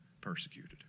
persecuted